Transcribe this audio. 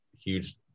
huge